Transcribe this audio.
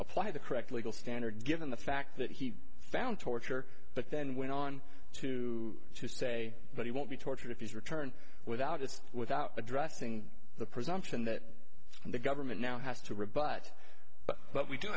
apply the correct legal standard given the fact that he found torture but then went on to say but he won't be tortured if he's returned without it's without addressing the presumption that the government now has to rebut but we do